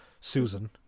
Susan